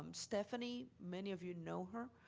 um stephanie, many of you know her,